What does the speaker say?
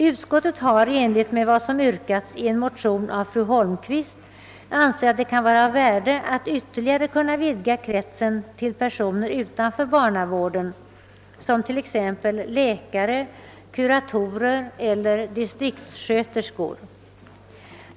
I enlighet med vad som yrkats i en motion av fru Holmqvist har utskottet ansett det vara av värde att kunna vidga kretsen ytterligare till personer utanför barnavården, t.ex. läkare, kuratorer eller distriktssköterskor.